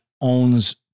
owns